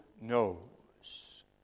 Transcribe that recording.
knows